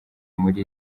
muri